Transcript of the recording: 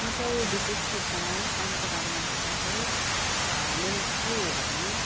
म चाहिँ विशेष रूपमा कामको बारेमा भन्दा चाहिँ मेरो चाहिँ के हो भने